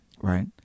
Right